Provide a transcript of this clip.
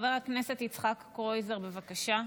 חבר הכנסת יצחק קרויזר, בבקשה.